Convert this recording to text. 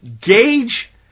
Gauge